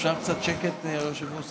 אפשר קצת שקט, היושב-ראש?